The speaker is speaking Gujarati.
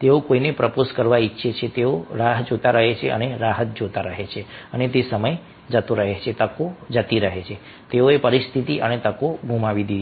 તેઓ કોઈને પ્રપોઝ કરવા ઈચ્છે છે તેઓ રાહ જોતા રહે છે અને રાહ જોતા રહે છે અને તે સમય જાય છે તકો જાય છે તેઓએ પરિસ્થિતિ અને તકો ગુમાવી દીધી છે